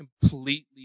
completely